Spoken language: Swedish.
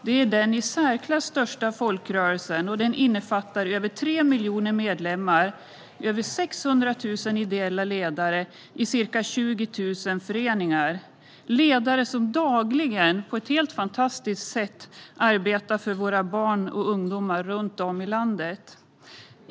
Det är den i särklass största folkrörelsen och omfattar över 3 miljoner medlemmar, över 600 000 ideella ledare i ca 20 000 föreningar. Det är ledare som dagligen på ett helt fantastiskt sätt arbetar för våra barn och ungdomar runt om i landet.